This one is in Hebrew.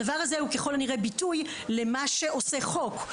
הדבר הזה הוא ככל הנראה ביטוי למה שעושה חוק.